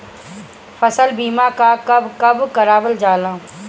फसल बीमा का कब कब करव जाला?